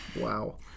Wow